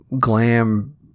glam